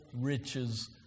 riches